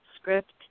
script